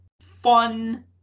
fun